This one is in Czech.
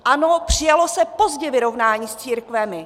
Ano, přijalo se pozdě vyrovnání s církvemi.